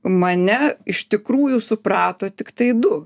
mane iš tikrųjų suprato tiktai du